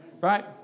right